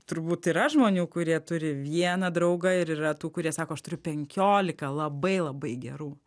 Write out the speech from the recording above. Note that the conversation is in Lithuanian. turbūt yra žmonių kurie turi vieną draugą ir yra tų kurie sako aš turiu penkiolika labai labai gerų